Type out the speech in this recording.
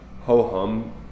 ho-hum